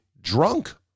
drunk